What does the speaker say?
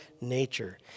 nature